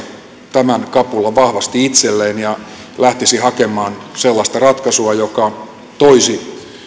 tämän kapulan vahvasti itselleen ja lähtisi hakemaan sellaista ratkaisua joka toisi